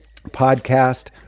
podcast